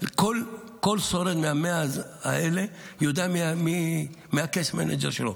כל שורד מה-100 האלה יודע מי ה-Case Manager שלו,